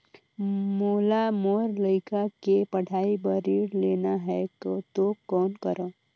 मोला मोर लइका के पढ़ाई बर ऋण लेना है तो कौन करव?